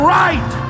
right